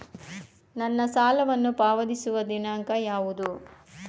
ನನ್ನ ಸಾಲವನ್ನು ಪಾವತಿಸುವ ದಿನಾಂಕ ಯಾವುದು?